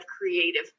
creative